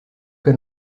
que